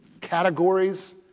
categories